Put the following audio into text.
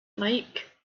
like